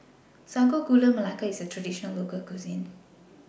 Sago Gula Melaka IS A Traditional Local Cuisine